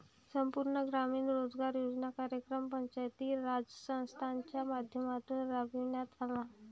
संपूर्ण ग्रामीण रोजगार योजना कार्यक्रम पंचायती राज संस्थांच्या माध्यमातून राबविण्यात आला